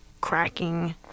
cracking